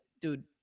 dude